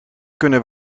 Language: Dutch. kunnen